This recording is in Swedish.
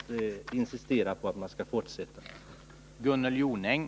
3 februari 1981